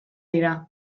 dira